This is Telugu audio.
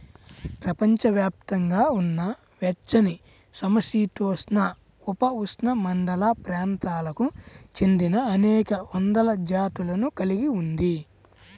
ప్రపంచవ్యాప్తంగా ఉన్న వెచ్చనిసమశీతోష్ణ, ఉపఉష్ణమండల ప్రాంతాలకు చెందినఅనేక వందల జాతులను కలిగి ఉంది